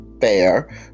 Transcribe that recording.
fair